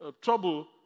trouble